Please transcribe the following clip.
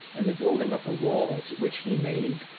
and the building of the walls, which he made,